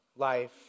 life